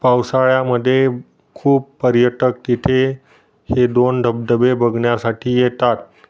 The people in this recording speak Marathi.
पावसाळ्यामध्ये खूप पर्यटक तिथे हे दोन धबधबे बघण्या्साठी येतात